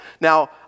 Now